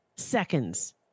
seconds